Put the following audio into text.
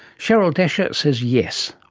cheryl desha says yes,